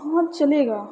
हँ चलेगा